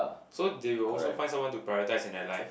so they will also find someone to prioritize in their life